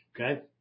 Okay